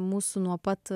mūsų nuo pat